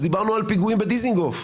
דיברנו על פיגועים בדיזנגוף,